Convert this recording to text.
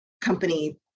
company